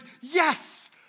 yes